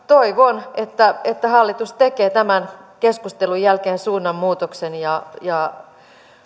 toivon että että hallitus tekee tämän keskustelun jälkeen suunnanmuutoksen ja ja